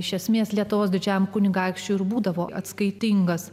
iš esmės lietuvos didžiajam kunigaikščiui ir būdavo atskaitingas